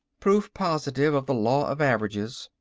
proof positive of the law of averages.